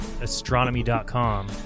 astronomy.com